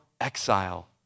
exile